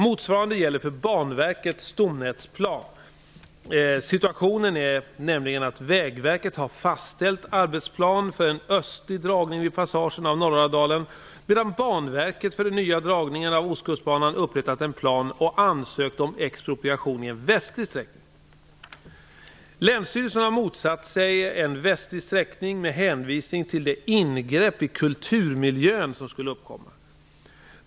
Motsvarande gäller för Situationen är nämligen att Vägverket har fastställt arbetsplan för en östlig dragning vid passagen av Länsstyrelsen har motsatt sig en västlig sträckning med hänvisning till det ingrepp i kulturmiljön som skulle uppkomma.